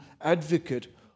advocate